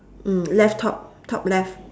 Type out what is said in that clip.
mm left top top left